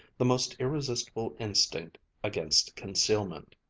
the most irresistible instinct against concealment.